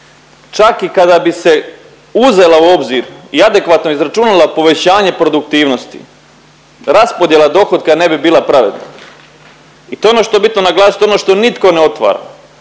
Čak i kada bi se uzela u obzir i adekvatno izračunala povećanja produktivnosti raspodjela dohotka ne bi bila pravedna. I to je ono što je bitno naglasiti. Ono što nitko ne otvara.